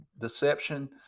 deception